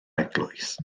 eglwys